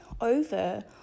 over